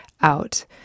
out